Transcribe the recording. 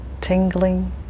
tingling